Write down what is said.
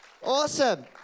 Awesome